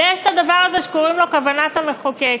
ויש הדבר הזה שקוראים לו כוונת המחוקק.